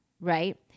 right